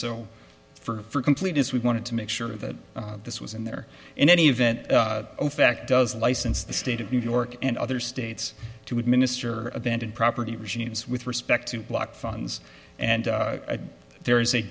so for completeness we wanted to make sure that this was in there in any event ofac does license the state of new york and other states to administer abandoned property regimes with respect to block funds and there is a